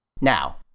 Now